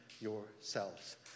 yourselves